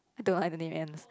I don't want to have a name Ann